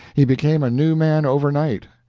he became a new man overnight.